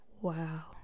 Wow